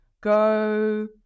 go